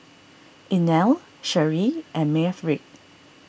Inell Sheree and Maverick